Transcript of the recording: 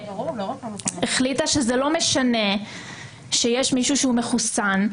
שהחליטה שזה לא משנה שיש מישהו שהוא מחוסן.